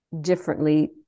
differently